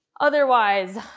Otherwise